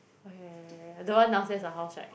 uh the one downstairs your house [right]